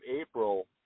April